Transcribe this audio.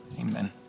Amen